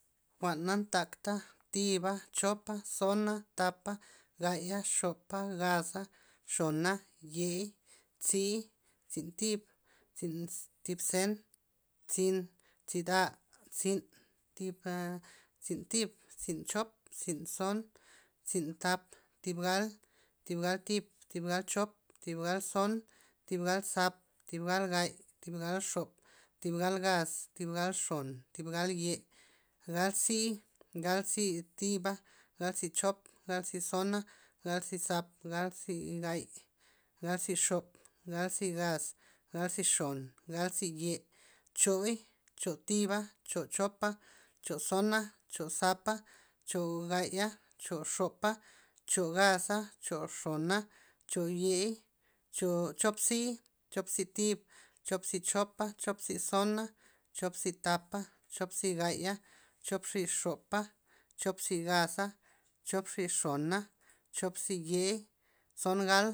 Jwa'n na ntakta thiba chopa tsona thapa gaya xopa gaza xona yei tzi tzi thib thib- tzi- thib zen tzin tzida tzi'n thib- tzin thiba tzin chop tzin tson tzin thap thib gal thib gal thib thib gal chop thib gal tson thib gal thap thib gal gay thib gal xop thib gal gaz thib gal xon thib gal yei gal tzii gal tzii thiba gal tzii chop gal tzii tsona gal tzii thap gal tzii gay gal tzii xop gal tzii gaz gal tzii xon gal tzii yei chooi choo thiba choo chopa choo tsona choo thapa choo gaya choo xopa choo gaza choo xona choo yei choo tzii choop tzii thib choop tzii chopa choop tzii tsona choop tzii thapa choop tzii gaya choop tzii xopa choop tzii gaza choop tzii xona choop tzii yei tson gala